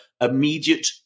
immediate